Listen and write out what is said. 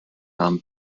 nahm